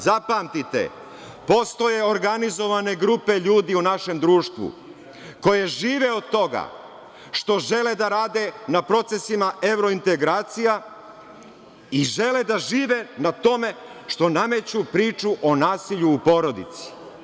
Zapamti te, postoje organizovane grupe ljudi u našem društvu, koje žive od toga što žele da rade na procesima evro-integracija i žele da žive na tome što nameću priču o nasilju u porodici.